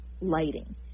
lighting